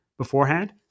beforehand